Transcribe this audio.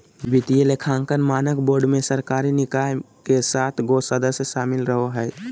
वित्तीय लेखांकन मानक बोर्ड मे सरकारी निकाय के सात गो सदस्य शामिल रहो हय